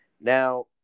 Now